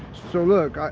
so look,